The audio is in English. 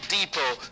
Depot